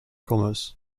commerce